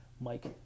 Mike